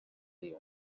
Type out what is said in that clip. يوم